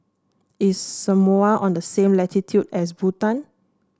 is Samoa on the same latitude as Bhutan